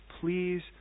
please